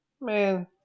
Man